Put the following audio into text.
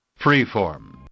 freeform